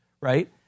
right